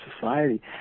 society